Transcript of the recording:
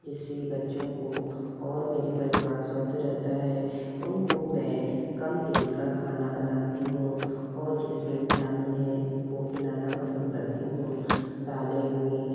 जिससे बच्चों को और मेरे परिवार स्वस्थ रहता है उनको मैं कम तेल का खाना बनाती हूँ और जिसमें विटामिन हैं वह खिलाना पसंद करती हूँ दालें हुईं